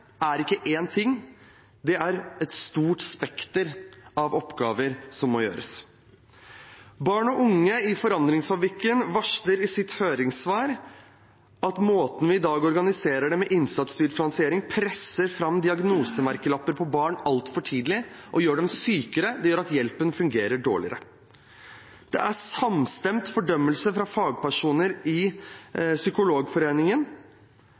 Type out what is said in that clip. er ikke én ting; det er et stort spekter av oppgaver som må gjøres. Barn og unge i Forandringsfabrikken varsler i sitt høringssvar at måten vi i dag organiserer det på, med innsatsstyrt finansiering, presser fram diagnosemerkelapper på barn altfor tidlig og gjør dem sykere. Det gjør at hjelpen fungerer dårligere. Det er samstemt fordømmelse fra fagpersoner i